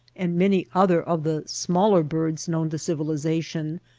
and many other of the smaller birds known to civilization,